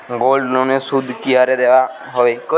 গোল্ডলোনের সুদ কি হারে দেওয়া হয়?